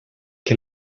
que